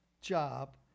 job